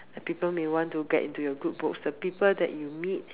like people may want to get into your good books the people that you meet